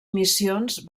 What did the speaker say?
missions